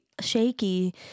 shaky